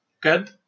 good